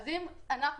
ואם אנחנו,